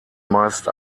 meist